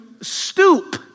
stoop